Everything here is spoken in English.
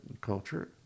culture